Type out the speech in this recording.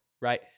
right